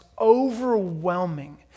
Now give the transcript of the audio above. overwhelming